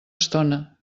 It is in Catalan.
estona